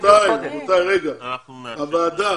הוועדה